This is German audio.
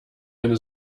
eine